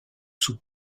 sous